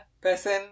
person